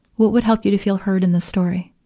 what would help you to feel heard in this story?